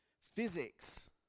physics